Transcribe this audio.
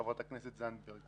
חברת הכנסת זנדברג.